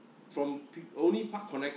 from p~ only park connector